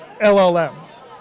LLMs